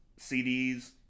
CDs